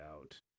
out